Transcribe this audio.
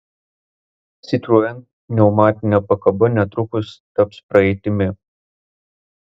citroen pneumatinė pakaba netrukus taps praeitimi